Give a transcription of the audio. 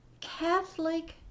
Catholic